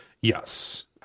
Yes